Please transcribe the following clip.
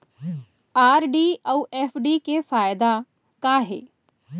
RD अऊ FD के फायेदा का हे?